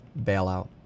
bailout